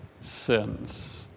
sins